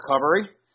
recovery